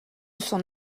son